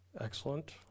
Excellent